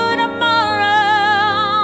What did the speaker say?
tomorrow